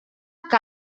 que